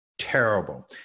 Terrible